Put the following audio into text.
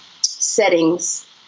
settings